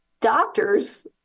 Doctors